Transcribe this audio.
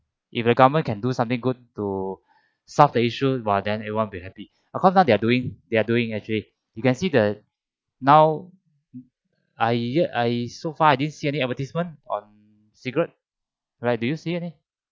if the government can do something good to solve the issue !wah! then everyone will happy of course now they're doing they're doing actually you can see the now I ya I so far I didn't see any advertisement on cigarette right do you see any